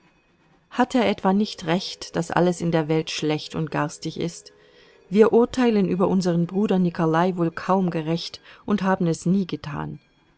hat er etwa nicht recht daß alles in der welt schlecht und garstig ist wir urteilen über unseren bruder nikolai wohl kaum gerecht und haben es nie getan